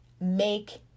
make